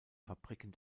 fabriken